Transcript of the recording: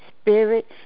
spirit